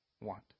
want